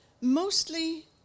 Mostly